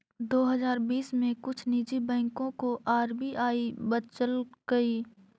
दो हजार बीस में कुछ निजी बैंकों को आर.बी.आई बचलकइ